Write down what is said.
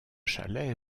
chalets